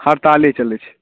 हड़ताले चलै छै